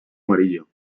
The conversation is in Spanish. amarillo